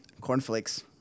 cornflakes